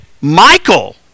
Michael